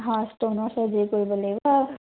হয় ষ্ট'নৰ চাৰ্জাৰী কৰিব লাগিব